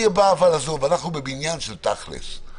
עזוב, אנחנו בבניין של תכלס.